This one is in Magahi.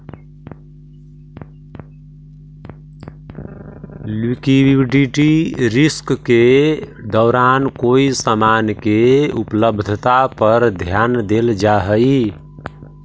लिक्विडिटी रिस्क के दौरान कोई समान के उपलब्धता पर ध्यान देल जा हई